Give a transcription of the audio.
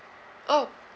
oh